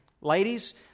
Ladies